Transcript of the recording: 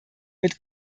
mit